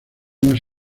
más